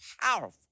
powerful